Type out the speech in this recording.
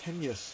ten years